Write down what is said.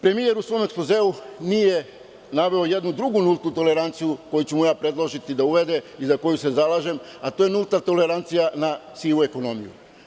Premijer u svom ekspozeu nije naveo jednu drugu nultu toleranciju koju ću mu predložiti da uvede i za koju se zalažem, a to je nulta tolerancija na sivu ekonomiju.